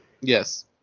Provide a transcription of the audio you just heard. Yes